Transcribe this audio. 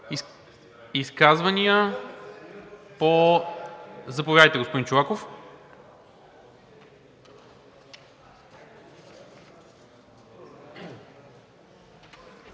Изказвания? Заповядайте, господин Чолаков.